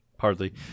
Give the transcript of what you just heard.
Hardly